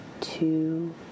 two